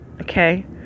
Okay